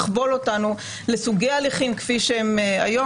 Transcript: יכבול אותנו לסוגי הליכים כפי שהם היום,